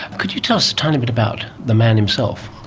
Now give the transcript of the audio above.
could you tell us a tiny bit about the man himself?